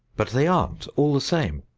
but they aren't, all the same.